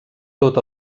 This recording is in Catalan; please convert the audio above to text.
tot